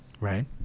Right